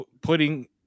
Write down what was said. putting